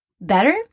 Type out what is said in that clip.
better